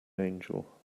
angel